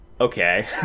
okay